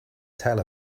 tell